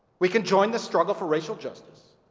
we can join the struggle for racial justice